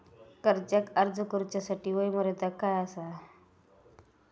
कर्जाक अर्ज करुच्यासाठी वयोमर्यादा काय आसा?